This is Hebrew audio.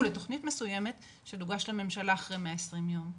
לתכנית מסוימת שתוגש לממשלה אחרי 120 יום.